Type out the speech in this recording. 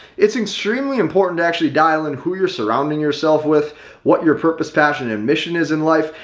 it's extremely important to actually dial in who you're surrounding yourself with what your purpose, passion and mission is in life.